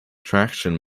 traction